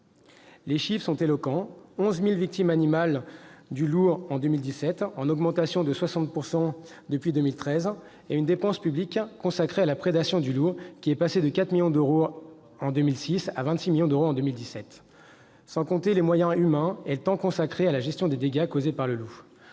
Les chiffres sont éloquents : 11 000 victimes animales du loup en 2017, en augmentation de 60 % depuis 2013 et une dépense publique consacrée à la prédation du loup qui est passée de 4 millions d'euros en 2006 à 26 millions d'euros en 2017, sans compter les moyens humains et le temps consacrés à la gestion des dégâts causés par le loup